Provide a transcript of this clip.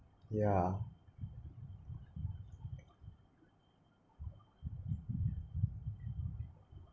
yeah